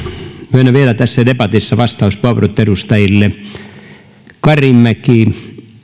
myönnän vielä tässä debatissa vastauspuheenvuorot edustajille karimäki